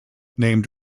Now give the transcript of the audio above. named